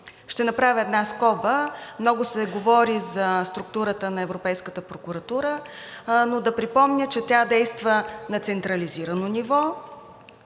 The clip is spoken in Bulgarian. Ще направя една скоба – много се говори за структурата на Европейската прокуратура, но да припомня, че тя действа на централизирано ниво